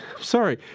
sorry